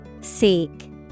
Seek